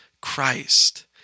Christ